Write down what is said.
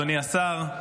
אדוני השר,